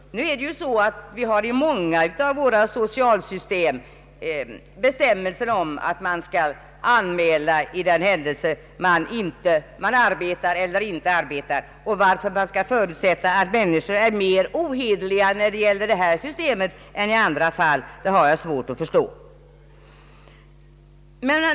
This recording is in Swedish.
Nu finns det i många av våra socialsystem bestämmelser om att anmälan skall ske huruvida man arbetar eller inte arbetar. Varför man skall förutsätta att människor är mera oheder liga när det gäller detta system än när det gäller andra, har jag svårt att förstå.